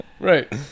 Right